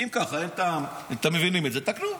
אם ככה אין טעם, אם אתם מבינים את זה, תקנו.